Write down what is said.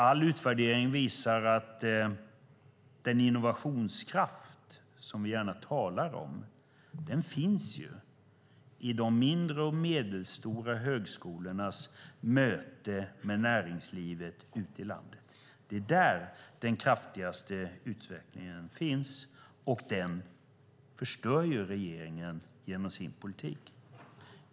All utvärdering visar att den innovationskraft som vi gärna talar om finns i de mindre och medelstora högskolornas möte med näringslivet ute i landet. Det är där som den kraftigaste utvecklingen finns, och den förstör regeringen genom sin politik.